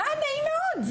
אה, נעים מאוד.